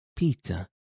Peter